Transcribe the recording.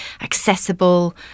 accessible